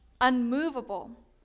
unmovable